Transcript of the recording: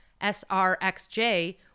SRXJ